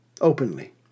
openly